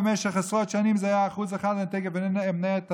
במשך עשרות שנים זה היה 1% ואני תכף אציג את התהליך,